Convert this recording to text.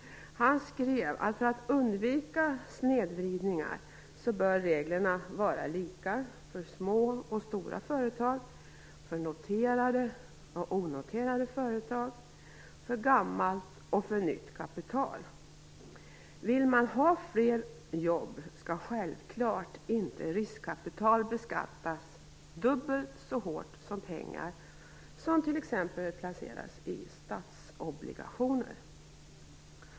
Han skrev att för att undvika snedvridningar så bör reglerna vara lika för små och stora företag, för noterade och onoterade företag, för gammalt och för nytt kapital. Vill man ha fler jobb skall riskkapital självfallet inte beskattas dubbelt så hårt som pengar som t.ex. placeras i statsobligationer.